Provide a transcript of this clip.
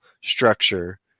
structure